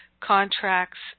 contracts